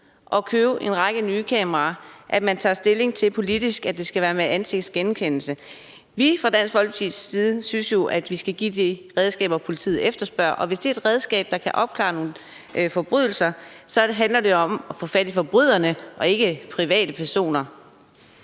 at købe en række nye kameraer, at man politisk tager stilling til, om det skal være med ansigtsgenkendelse. Vi fra Dansk Folkepartis side synes jo, at vi skal give politiet de redskaber, de efterspørger, og hvis det er et redskab, der kan opklare nogle forbrydelser, handler det om at få fat i forbryderne og ikke i private personer.